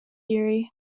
erie